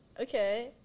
Okay